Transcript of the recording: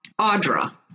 Audra